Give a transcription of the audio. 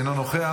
אינו נוכח,